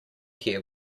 here